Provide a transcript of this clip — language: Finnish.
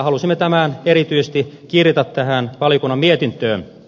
halusimme tämän erityisesti kirjata valiokunnan mietintöön